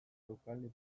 zeukan